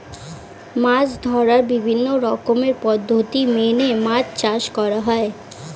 মাছ ধরার বিভিন্ন রকমের পদ্ধতি মেনে মাছ চাষ করা হয়